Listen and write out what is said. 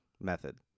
method